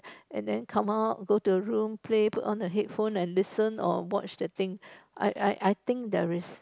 and then come out go to the room play put on the headphone and listen or watch the thing I I I think there is